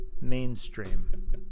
mainstream